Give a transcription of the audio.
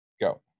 go